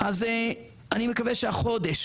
אני מקווה שהחודש